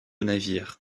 navires